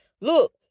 Look